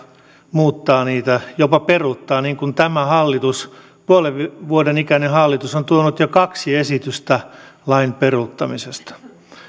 muuttaa niitä jopa peruuttaa niin kuin tämä hallitus puolen vuoden ikäinen hallitus on tuonut jo kaksi esitystä lain peruuttamisesta